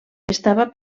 estava